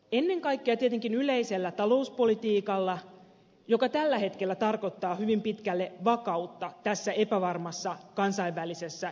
ennen kaikkea tietenkin yleisellä talouspolitiikalla joka tällä hetkellä tarkoittaa hyvin pitkälle vakautta tässä epävarmassa kansainvälisessä ilmapiirissä